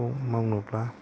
बेखौ मावनोब्ला